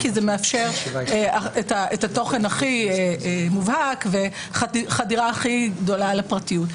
כי זה מאפשר את התוכן הכי מובהק וחדירה הכי גדולה לפרטיות.